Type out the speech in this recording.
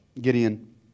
Gideon